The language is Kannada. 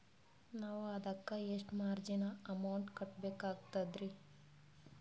ನಾವು ಅದಕ್ಕ ಎಷ್ಟ ಮಾರ್ಜಿನ ಅಮೌಂಟ್ ಕಟ್ಟಬಕಾಗ್ತದ್ರಿ?